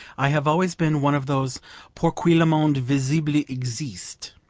i have always been one of those pour qui le monde visible existe